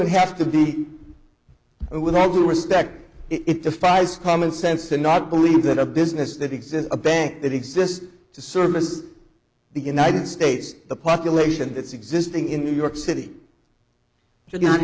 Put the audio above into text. would have to be with all due respect it defies common sense to not believe that a business that exists a bank that exists to service the united states the population that's existing in new york city should not